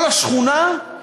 כל השכונה,